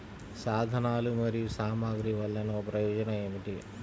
సాధనాలు మరియు సామగ్రి వల్లన ప్రయోజనం ఏమిటీ?